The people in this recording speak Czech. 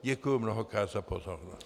Děkuji mnohokrát za pozornost.